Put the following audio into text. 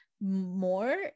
more